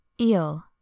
Eel